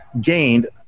gained